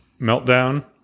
meltdown